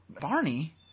Barney